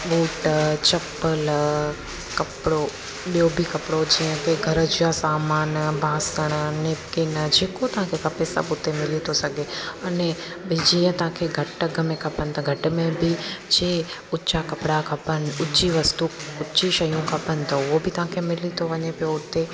boot चप्पल कपिड़ो ॿियो बि कपिड़ो जीअं की घर जा सामान बासण नैपकिन जेको तव्हां खे खपे सभु उते मिली थो सघे अने ॿिए जीअं तव्हां खे घटि अघ में खपनि त घटि में बि जे उचा कपिड़ा खपनि उची वस्तू उची शयूं खपनि त उहो बि तव्हां खे मिली थो वञे पियो उते